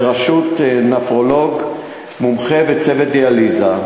בראשות נפרולוג מומחה וצוות דיאליזה.